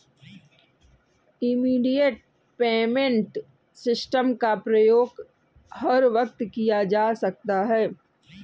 immediate payment system का प्रयोग हर वक्त किया जा सकता है